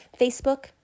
Facebook